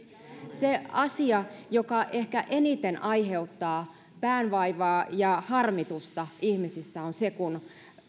asia joka ehkä eniten aiheuttaa päänvaivaa ja harmitusta ihmisissä on se kun